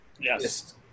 Yes